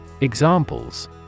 Examples